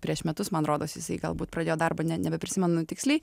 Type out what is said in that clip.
prieš metus man rodos jisai galbūt pradėjo darbą ne nebeprisimenu tiksliai